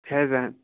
Faizan